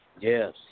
Yes